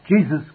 Jesus